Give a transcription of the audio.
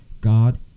God